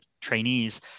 trainees